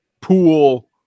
pool